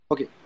Okay